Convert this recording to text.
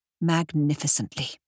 magnificently